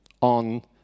on